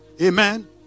Amen